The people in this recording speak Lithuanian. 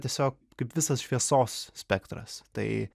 tiesiog kaip visas šviesos spektras tai